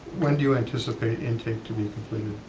when do you anticipate intake to be completed?